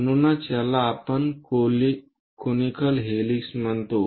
म्हणूनच याला आपण कोनिकल हेलिक्स म्हणतो